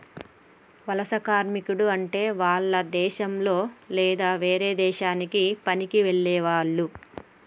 వలస కార్మికుడు అంటే వాల్ల దేశంలొ లేదా వేరే దేశానికి పనికి వెళ్లేవారు